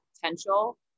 potential